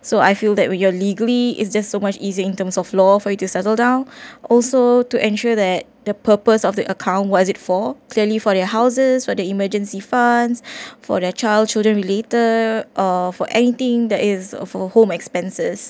so I feel that we are legally is just so much easier in terms of law for you to settle down also to ensure that the purpose of the account was it for clearly for their houses for the emergency funds for their child children related or for anything that is for home expenses